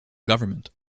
government